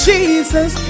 Jesus